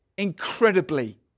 Incredibly